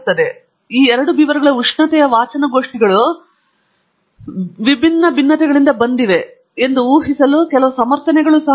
ಆದ್ದರಿಂದ ಈ ಎರಡು ಬೀವರ್ಗಳ ಉಷ್ಣತೆಯ ವಾಚನಗೋಷ್ಠಿಗಳು ನಾವು ವಿಭಿನ್ನ ಭಿನ್ನತೆಗಳಿಂದ ಬಂದಿವೆ ಎಂದು ಊಹಿಸಲು ಕೆಲವು ಸಮರ್ಥನೆಗಳು ಇವೆ